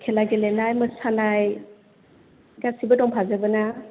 खेला गेलेनाय मोसानाय गासैबो दंफाजोबो ना